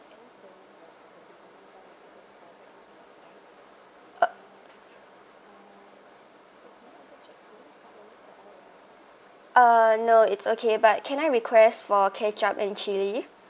uh no it's okay but can I request for ketchup and chili